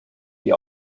die